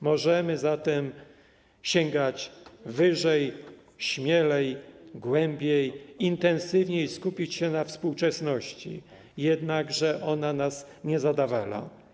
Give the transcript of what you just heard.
Możemy zatem sięgać wyżej, śmielej, głębiej, intensywniej skupić się na współczesności, jednakże ona nas nie zadawala.